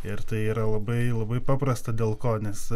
ir tai yra labai labai paprasta dėl ko nes